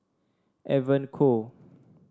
Evon Kow